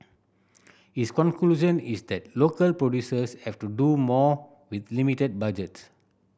his conclusion is that local producers have to do more with limited budgets